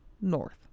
north